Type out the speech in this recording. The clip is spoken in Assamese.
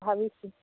ভাবিছোঁ